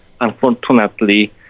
unfortunately